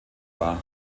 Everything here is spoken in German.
war